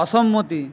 অসম্মতি